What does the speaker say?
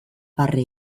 barre